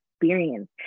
experience